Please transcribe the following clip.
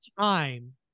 time